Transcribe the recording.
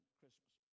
Christmas